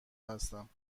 هستم